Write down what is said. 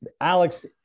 Alex